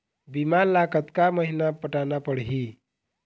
बीमा ला कतका महीना पटाना पड़ही?